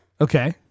Okay